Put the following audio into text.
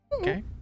Okay